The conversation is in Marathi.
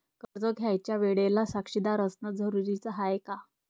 कर्ज घ्यायच्या वेळेले साक्षीदार असनं जरुरीच हाय का?